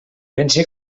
pense